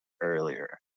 earlier